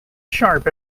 sharp